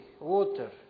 water